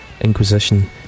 Inquisition